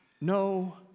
no